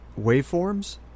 waveforms